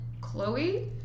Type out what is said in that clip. Chloe –